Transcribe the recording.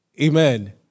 Amen